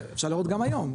אפשר לראות גם היום,